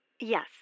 Yes